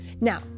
Now